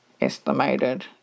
estimated